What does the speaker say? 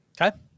Okay